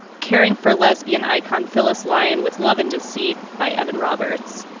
caring for lesbian icon phyllis lyon with love and deceit by evan roberts.